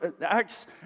acts